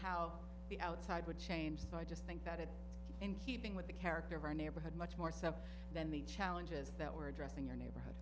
how the outside would change so i just think that it in keeping with the character of our neighborhood much more so than the challenges that we're addressing your neighborhood